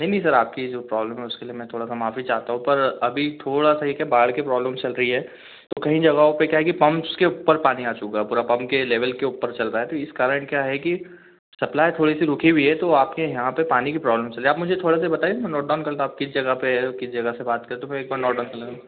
नहीं नहीं सर आपकी जो प्रॉब्लेम है उसके लिए मैं थोड़ा सा माफ़ी चाहता हूँ पर अभी थोड़ा सा है क्या बाढ़ की प्रॉब्लेम चल रही है तो कई जगहों पर क्या है कि पम्पस के ऊपर पानी आ चुका है पूरा पम्प के लेवेल के ऊपर चल रहा है तो इस कारण क्या है कि सप्लाइ थोड़ी सी रुकी हुई है तो आपके यहाँ पर पानी की प्रॉब्लेम चल रही है आप मुझे थोड़ा देर बताइए मैं नोट डाउन कर लेता हूँ आप किस जगह पर किस जगह से बात कर रहे तो एक बार नोट डाउन कर